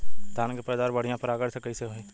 धान की पैदावार बढ़िया परागण से कईसे होई?